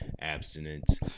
Abstinence